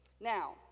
Now